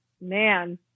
man